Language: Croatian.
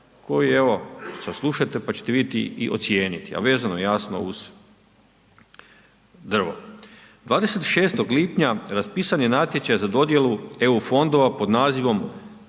koji evo saslušajte pa ćete vidjeti i ocijeniti, a vezano je jasno uz drvo. 26. lipnja raspisan je natječaj za dodjelu eu fondova pod nazivom